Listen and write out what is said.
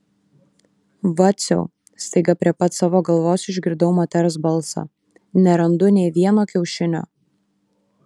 vaciau staiga prie pat savo galvos išgirdau moters balsą nerandu nė vieno kiaušinio